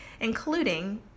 including